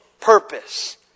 purpose